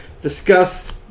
discuss